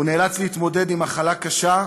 הוא נאלץ להתמודד עם מחלה קשה,